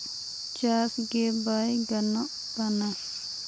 ᱪᱟᱥᱜᱮ ᱵᱟᱭ ᱜᱟᱱᱚᱜ ᱠᱟᱱᱟ